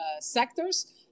sectors